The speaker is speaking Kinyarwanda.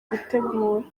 gutegura